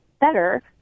better